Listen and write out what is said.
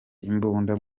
imbunda